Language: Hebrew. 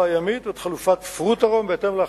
הימית ואת חלופת "פרוטרום" בהתאם להחלטה.